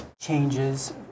changes